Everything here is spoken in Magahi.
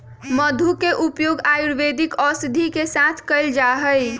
मधु के उपयोग आयुर्वेदिक औषधि के साथ कइल जाहई